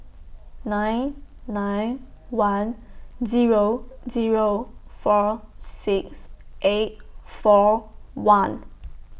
nine nine one Zero Zero four six eight four one